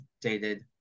dated